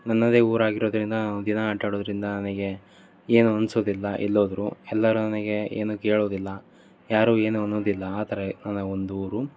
ನನ್ನದೇ ಊರು ಆಗಿರೋದರಿಂದ ದಿನಾ ಅಡ್ಡಾಡೋದ್ರಿಂದ ನನಗೆ ಏನು ಅನ್ಸೋದಿಲ್ಲ ಎಲ್ಲೋದರು ಎಲ್ಲರು ನನಗೆ ಏನೂ ಕೇಳುವುದಿಲ್ಲ ಯಾರು ಏನು ಅನ್ನೋದಿಲ್ಲ ಆ ಥರ ನನ್ನ ಒಂದು ಊರು